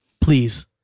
Please